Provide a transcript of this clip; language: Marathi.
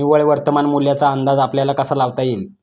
निव्वळ वर्तमान मूल्याचा अंदाज आपल्याला कसा लावता येईल?